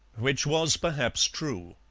which was perhaps true.